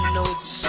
notes